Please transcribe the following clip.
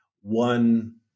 one